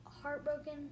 heartbroken